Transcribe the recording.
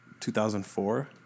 2004